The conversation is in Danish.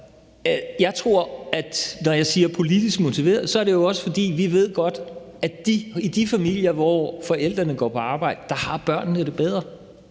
Jeg tror, at når jeg siger politisk motiveret, er det jo også, fordi at vi godt ved, at i de familier, hvor forældrene går på arbejde, har børnene det bedre,